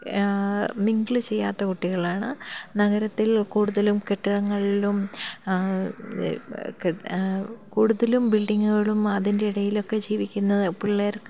mingle ചെയ്യാത്ത കുട്ടികളാണ് നഗരത്തിൽ കൂടുതലും കെട്ടിടങ്ങളിലും കൂടുതലും ബിൽഡിങ്ങുകളും അതിൻ്റെ ഇടയിലൊക്കെ ജീവിക്കുന്ന പിള്ളേർ